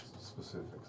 specifics